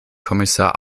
kommissar